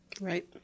Right